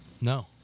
No